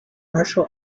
martial